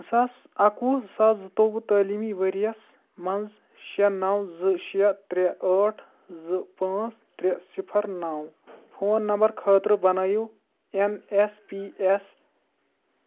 زٕ ساس اکوُہ زٕ ساس زٕتوٚوُہ تعلیٖمی ؤرۍ یَس منٛز شےٚ نَو زٕ شےٚ ترٛےٚ ٲٹھ زٕ پٲنٛژ ترٛےٚ صِفر نَو فون نمبر خٲطرٕ بنٲیِو این ایس پی یَس